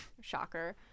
shocker